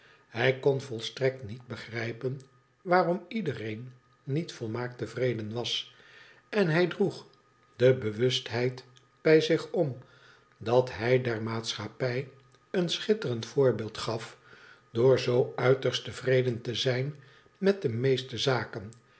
hij kon volstrekt niet begrijpen waarom iedereen niet volmaakt tevreden was en hij droeg de bewustheid bij zich om dat hij der maatschappij een schitterend voorbeeld gaf door zoo uitsterst tevreden te zijn met de meeste zaken